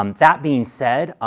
um that being said,